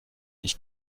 ich